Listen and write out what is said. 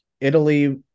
Italy